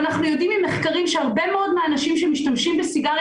אנחנו יודעים שהרבה מאוד מהאנשים שמשתמשים בסיגריה